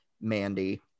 Mandy